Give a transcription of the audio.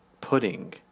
pudding